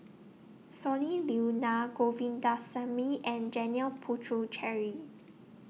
Sonny Liew Naa Govindasamy and Janil Puthucheary